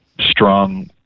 strong